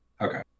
okay